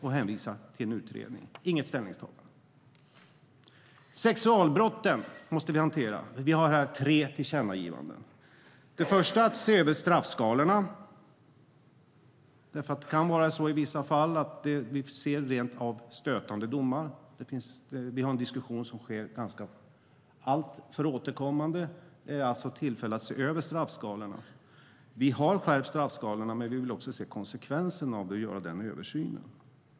De hänvisar till en utredning. Det är inget ställningstagande. Vi måste hantera sexualbrotten. Vi har här tre tillkännagivanden. Det första handlar om att se över straffskalorna. I vissa fall ser vi rent av stötande domar. Vi har en diskussion som sker alltför återkommande. Det är alltså tillfälle att se över straffskalorna. Vi har skärpt straffskalorna, men vi vill se konsekvenserna av det och göra den här översynen.